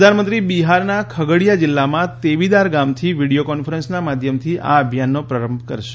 પ્રધાનમંત્રી બિહારના ખગડીયા જિલ્લામાં તેબીદાર ગામથી વીડિયો કોન્ફરન્સના માધ્યમથી આ અભિયાનનો પ્રારંભ કરશે